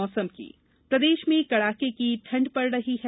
मौसम ठंड प्रदेश में कड़ाके की ठंड पड़ रही है